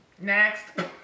Next